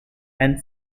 and